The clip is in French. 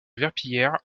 verpillière